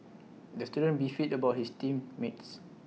the student beefed about his team mates